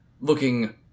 looking